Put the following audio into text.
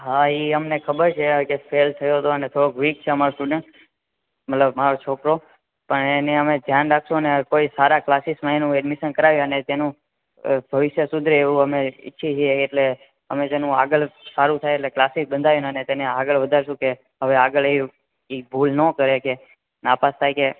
હા એ અમને ખબર છે જે ફેલ થયો તો ને થોડોક વીક છે અમાર સ્ટુડન્ટ મતલબ મારો છોકરો પણ એને અમે ધ્યાન રાખશુ ને કોઈ સારા ક્લાસીસમાં એનું એડમિશન કરાવી અને તેનું ભવિષ્ય સુધરે એવું અમે ઈચ્છે છે એટલે અમે તેનું આગળ સારું થાય એટલે ક્લાસીસ બધાય અને તેને આગળ વધાર શું કે હવે આગળ એ એ ભૂલ ન કરે કે ના પાસ થાય કે